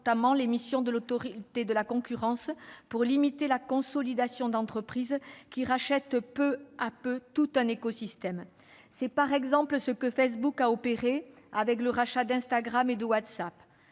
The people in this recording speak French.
notamment les missions de l'Autorité de la concurrence pour limiter la consolidation d'entreprises qui rachètent peu à peu tout un écosystème. C'est, par exemple, ce que Facebook a opéré avec le rachat d'Instagram et de WhatsApp.